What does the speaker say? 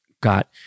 got